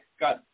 got